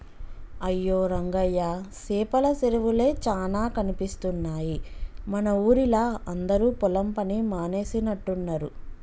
అయ్యో రంగయ్య సేపల సెరువులే చానా కనిపిస్తున్నాయి మన ఊరిలా అందరు పొలం పని మానేసినట్టున్నరు